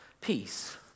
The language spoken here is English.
Peace